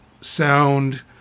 sound